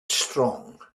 strong